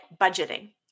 budgeting